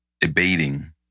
debating